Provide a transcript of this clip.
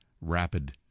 rapid